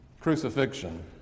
crucifixion